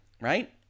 right